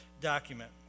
document